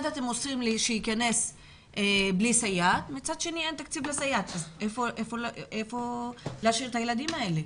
איפה צריך להשאיר את הילדים האלה?